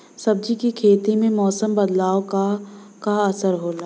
सब्जी के खेती में मौसम के बदलाव क का असर होला?